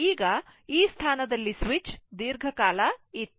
ಈಗ ಈ ಸ್ಥಾನದಲ್ಲಿ ಸ್ವಿಚ್ ದೀರ್ಘಕಾಲ ಇತ್ತು